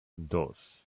dos